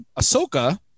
Ahsoka